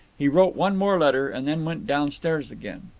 he wrote one more letter, and then went downstairs again.